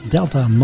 Delta